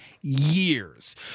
years